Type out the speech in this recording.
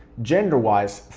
genderwise,